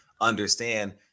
understand